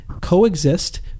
coexist